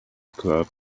club